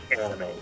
anime